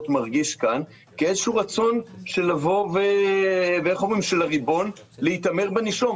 מרגיש כאן כאיזשהו רצון של הריבון להתעמר בנישום.